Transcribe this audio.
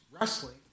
wrestling